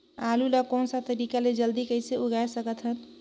आलू ला कोन सा तरीका ले जल्दी कइसे उगाय सकथन?